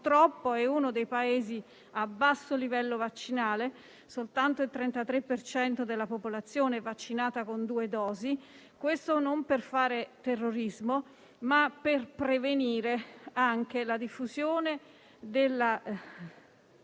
purtroppo, è uno dei Paesi a basso livello vaccinale: soltanto il 33 per cento della popolazione è vaccinata con due dosi. Dico questo non per fare terrorismo, ma per prevenire anche la diffusione del